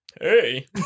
Hey